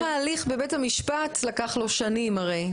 גם ההליך בבית המשפט לקח לו שנים הרי.